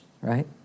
right